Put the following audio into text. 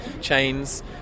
chains